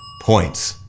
points.